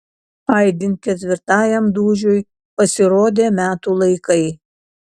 aidint ketvirtajam dūžiui pasirodė metų laikai